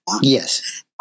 Yes